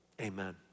amen